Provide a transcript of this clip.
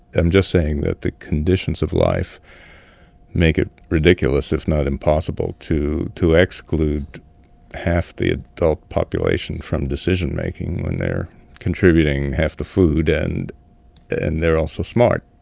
i'm just saying that the conditions of life make it ridiculous if not impossib le to to exclude half the adult population from decision making when they're contributing half the food and and they're also smart.